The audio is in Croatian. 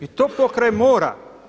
I to pokraj mora.